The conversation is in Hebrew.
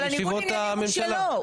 אבל ניגוד העניינים הוא שלו.